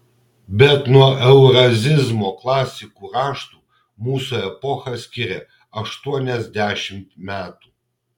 bet nuo eurazizmo klasikų raštų mūsų epochą skiria aštuoniasdešimt metų